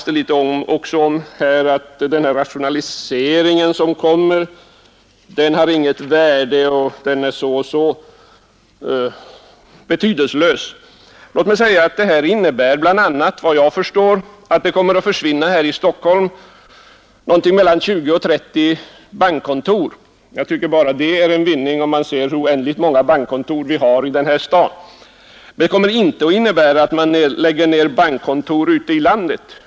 Det sägs vidare att den rationalisering som blir följden av sammanslagningen är betydelselös. Såvitt jag förstår innebär sammanslagningen att det i Stockholm kommer att försvinna mellan 20 och 30 bankkontor. Jag tycker att bara det är en vinning med tanke på den stora mängden bankkontor i denna stad. Men sammanslagningen kommer inte att innebära att man lägger ned bankkontor ute i landet.